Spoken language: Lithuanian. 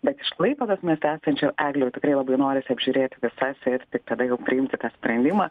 bet iš klaipėdos mieste esančių eglių tikrai labai norisi apžiūrėti visas ir tada jau priimti tą sprendimą